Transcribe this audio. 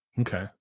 Okay